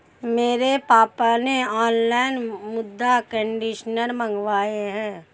मेरे पापा ने ऑनलाइन मृदा कंडीशनर मंगाए हैं